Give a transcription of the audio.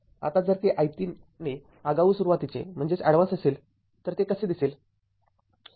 आता जर ते i ३ ने आगाऊ सुरुवातीचे असेल तर ते कसे दिसेल